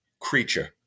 creature